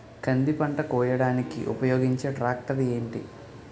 కంది పంట కోయడానికి ఉపయోగించే ట్రాక్టర్ ఏంటి?